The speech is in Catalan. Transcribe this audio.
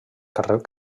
carrer